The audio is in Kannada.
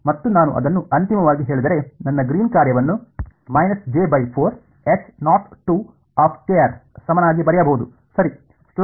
ಮತ್ತು ನಾನು ಅದನ್ನು ಅಂತಿಮವಾಗಿ ಹೇಳಿದರೆ ನನ್ನ ಗ್ರೀನ್ ಕಾರ್ಯವನ್ನು ಸಮನಾಗಿ ಬರೆಯಬಹುದು ಸರಿ